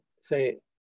say